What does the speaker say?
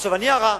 עכשיו אני הרע,